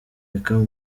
beckham